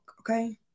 Okay